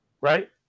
Right